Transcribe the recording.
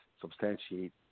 substantiate